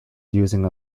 using